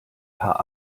paar